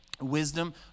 wisdom